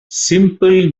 simple